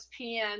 ESPN